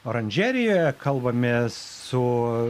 oranžerijoje kalbamės su